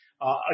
Again